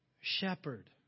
shepherd